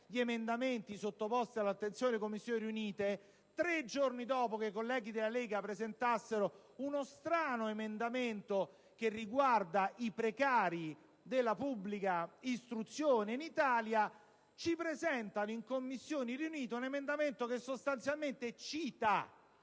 gli emendamenti sottoposti all'attenzione delle Commissioni riunite, tre giorni dopo che i colleghi della Lega presentassero uno strano emendamento che riguarda i precari della pubblica istruzione in Italia, ci è stato presentato in Commissioni riunite un emendamento che, sostanzialmente, cita